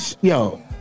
yo